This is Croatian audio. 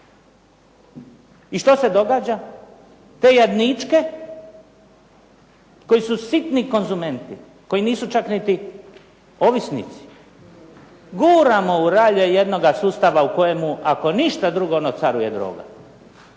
I što se događa? Te jadničke koji su sitni konzumenti, koji nisu čak niti ovisnici, guramo u ralje jednoga sustava u kojemu ako ništa drugo no caruje droga.